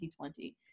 2020